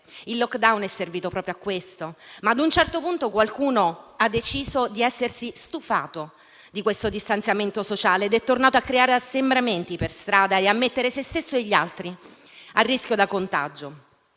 Il *lockdown* è servito proprio a questo, ma a un certo punto qualcuno ha deciso di essersi stufato di questo distanziamento sociale ed è tornato a creare assembramenti per strada e a mettere se stesso e gli altri a rischio di contagio.